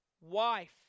wife